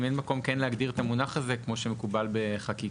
אם אין מקום כן להגדיר את המונח הזה כשם שמקובל בחקיקה?